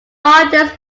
largest